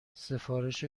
سفارش